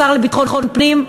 השר לביטחון פנים,